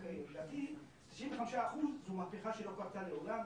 לדעתי, 95% זו מהפכה שלא קרתה מעולם